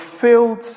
filled